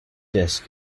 disc